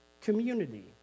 community